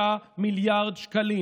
53 מיליארד שקלים,